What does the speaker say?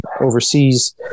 overseas